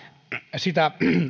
sitä